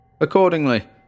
Accordingly